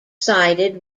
sided